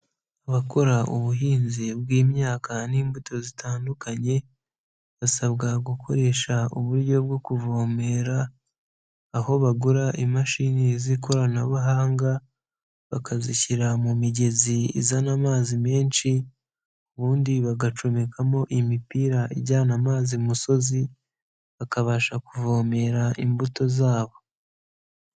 Abakora ubuhinzi bw'imyaka n'imbuto zitandukanye basabwa gukoresha uburyo bwo kuvomerera, aho bagura imashini z'ikoranabuhanga bakazishyira mu migezi izana amazi menshi ubundi bagacomekamo imipira ijyana amazi i musozi bakabasha kuvomerera imbuto zabo.